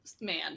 man